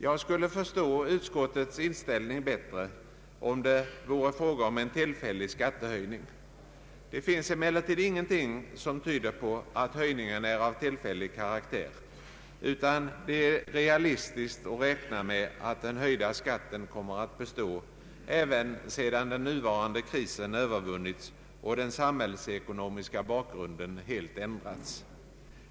Jag skulle förstå utskottets inställning bättre, om det vore fråga om en tillfällig skattehöjning. Det finns emellertid ingenting som tyder på att höjningen är av tillfällig karaktär, utan det är realistiskt att räkna med att den höjda skatten kommer att bestå även sedan den nuvarande krisen övervunnits och den samhällsekonomiska bakgrunden helt ändrats.